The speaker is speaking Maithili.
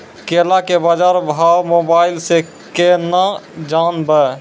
केला के बाजार भाव मोबाइल से के ना जान ब?